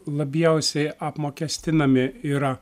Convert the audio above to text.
labiausiai apmokestinami yra